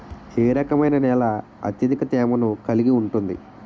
ఏ రకమైన నేల అత్యధిక తేమను కలిగి ఉంటుంది?